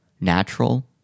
natural